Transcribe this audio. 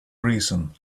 reason